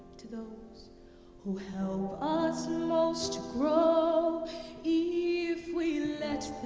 to those who help us most to grow if we let